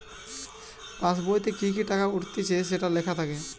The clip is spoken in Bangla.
পাসবোইতে কি কি টাকা উঠতিছে সেটো লেখা থাকে